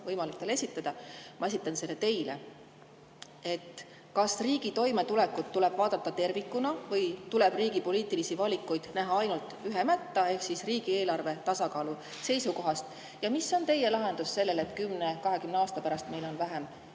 võimalik talle esitada. Ma esitan selle teile. Kas riigi toimetulekut tuleb vaadata tervikuna või tuleb riigi poliitilisi valikuid näha ainult ühe mätta otsast ehk riigieelarve tasakaalu seisukohast? Mis on teie lahendus sellele, et kümne-kahekümne aasta pärast meil on vähem